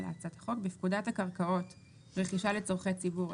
בפקודת הקרקעות (רכישה לצורכי ציבור),